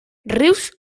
rius